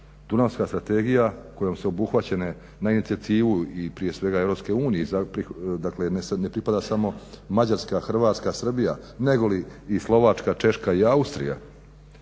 Dunavska strategija kojom su obuhvaćene na inicijativu i prije svega Europske unije, dakle ne pripada samo Mađarska, Hrvatska, Srbija nego i Slovačka, Češka i Austrija,